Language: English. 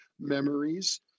memories